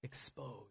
exposed